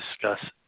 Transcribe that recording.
discuss